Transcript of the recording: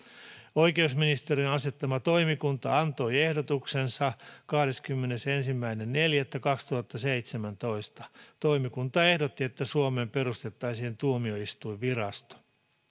oikeusministerin asettama toimikunta antoi ehdotuksensa kahdeskymmenesensimmäinen neljättä kaksituhattaseitsemäntoista toimikunta ehdotti että suomeen perustettaisiin tuomioistuinvirasto